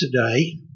today